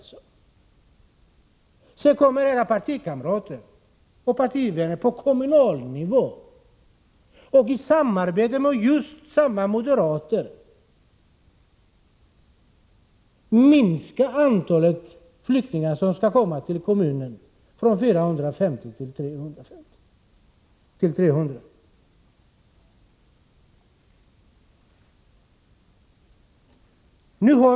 Sedan kommer era partikamrater på kommunal nivå i samarbete med just moderaterna och minskar antalet flyktingar som skall få komma till kommunen från 450 till 300.